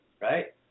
right